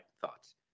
thoughts